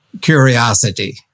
curiosity